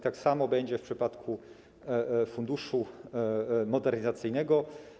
Tak samo będzie w przypadku Funduszu Modernizacyjnego.